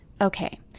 Okay